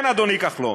כן, אדוני כחלון,